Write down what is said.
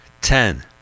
Ten